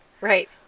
Right